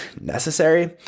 necessary